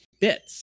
bits